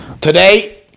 today